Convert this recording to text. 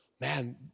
man